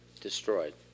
destroyed